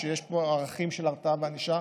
יש פה ערכים של הרתעה וענישה